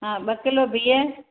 हा ॿ किलो बिहु